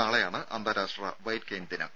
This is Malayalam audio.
നാളെയാണ് അന്താരാഷ്ട്ര വൈറ്റ് കെയിൻ ദിനം